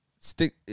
stick